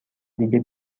دیگه